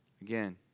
again